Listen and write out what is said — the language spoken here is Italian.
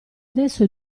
adesso